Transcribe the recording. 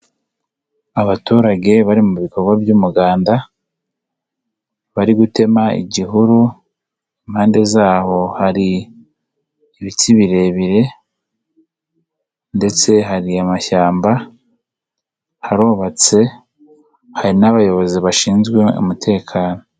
Abaturage bari mu bikorwa by'umuganda. Bari gutema igihuru. Impande zaho hari ibiti birebire ndetse hari amashyamba, harubatse. Hari n'abayobozi bashinzwe umutekano.